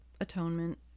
atonement